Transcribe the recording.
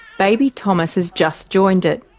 baby thomas has just joined it.